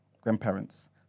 grandparents